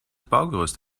baugerüst